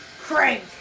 crank